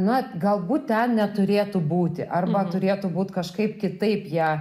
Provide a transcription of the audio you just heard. na galbūt ten neturėtų būti arba turėtų būti kažkaip kitaip jie